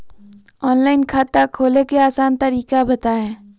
Online खाता खोले के आसान तरीका बताए?